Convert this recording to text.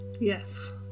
Yes